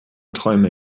träume